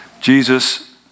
Jesus